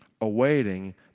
awaiting